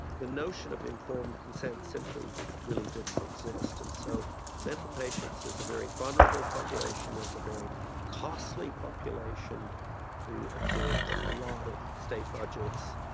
the notion of informed consent simply really didn't exist. and so mental patients is a very vulnerable population, is a very costly population who absorbed a lot of state budgets,